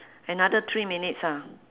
another three minutes ah